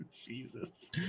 Jesus